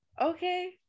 Okay